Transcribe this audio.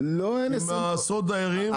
עם עשרות דיירים -- לא,